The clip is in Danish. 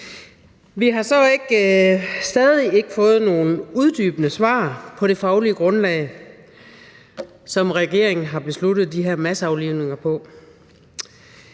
Vi har så stadig ikke fået nogen uddybende svar på det faglige grundlag, som regeringen har besluttet de her masseaflivninger på.